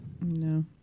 No